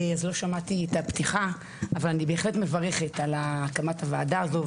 אז לא שמעתי את הפתיחה אבל אני בהחלט מברכת על הקמת הוועדה הזו,